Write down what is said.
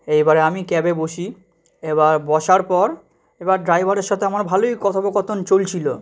এইবারে আমি ক্যাবে বসি এবার বসার পর এবার ড্রাইভারের সথে আমার ভালোই কথোপকথোন চলছিলো